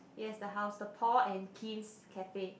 yes the house the Paul and Kim's cafe